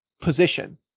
position